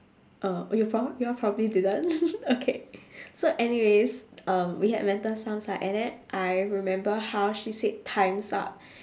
uh you all pro~ you all probably didn't okay so anyways um we had mental sums right and then I remember how she said time's up